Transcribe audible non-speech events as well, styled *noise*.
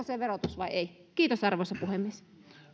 *unintelligible* se verotus vai ei kiitos arvoisa puhemies